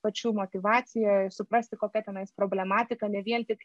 pačių motyvaciją suprasti kokia tenais problematika ne vien tik